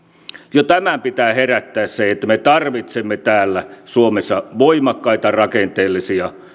jo tämän pitää herättää siihen että me tarvitsemme täällä suomessa voimakkaita rakenteellisia